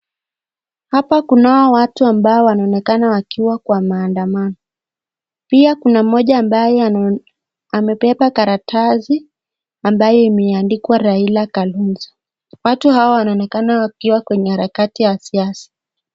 Hapa kunao watu ambao wanaonekana wakiwa kwa maandamano. Pia kuna mmoja ambaye amebeba karatasi ambayo imeandikwa Raila Kalonzo. Watu hawa wanaonekana wakiwa kwenye harakati ya siasa.